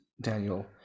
Daniel